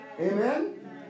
Amen